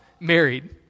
married